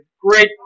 great